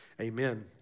Amen